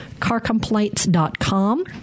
carcomplaints.com